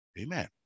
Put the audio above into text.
Amen